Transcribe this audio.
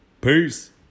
Peace